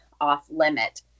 off-limit